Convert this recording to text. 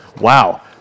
Wow